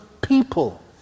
people